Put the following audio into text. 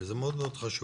וזה מאוד חשוב.